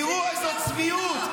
תראו איזו צביעות.